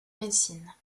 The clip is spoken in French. médecine